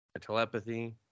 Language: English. Telepathy